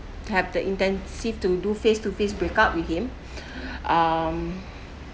have the intensive to do face to face break up with him um